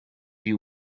you